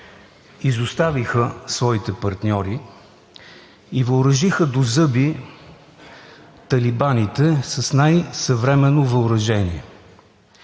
изоставиха своите партньори и въоръжиха до зъби талибаните с най-съвременно въоръжение.